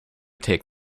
take